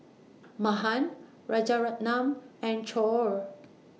Mahan Rajaratnam and Choor